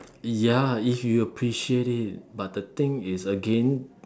ya if you appreciate it but the thing is again